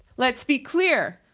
let's be clear,